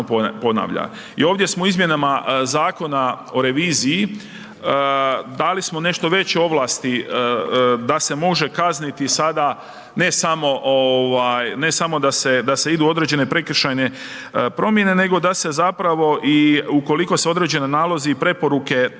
I ovdje smo u izmjenama zakona o reviziji, dali smo nešto veće ovlasti da se može kazniti sada ne samo ovaj, ne samo da se idu određene prekršajne promjene, nego da se zapravo i ukoliko se određeni nalozi i preporuke ne,